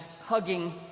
hugging